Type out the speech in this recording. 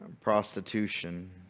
Prostitution